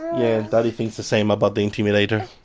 yeah, daddy thinks the same about the intimidator!